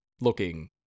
looking